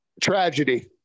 Tragedy